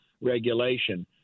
regulation